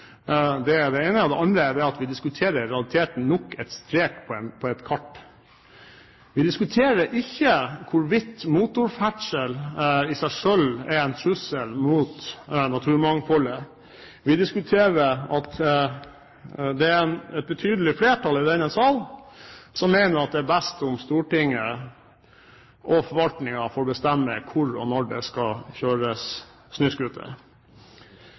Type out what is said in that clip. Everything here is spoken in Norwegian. Det andre er at vi diskuterer i realiteten nok en strek på et kart. Vi diskuterer ikke hvorvidt motorferdsel i seg selv er en trussel mot naturmangfoldet. Vi diskuterer om, som det er et betydelig flertall i denne salen som mener, det er best om Stortinget og forvaltningen får bestemme hvor og når det skal kjøres